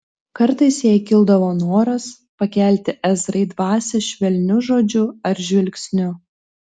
kartais jai kildavo noras pakelti ezrai dvasią švelniu žodžiu ar žvilgsniu